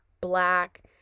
black